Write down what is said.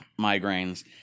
migraines